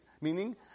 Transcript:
meaning